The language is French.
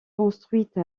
construite